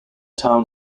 town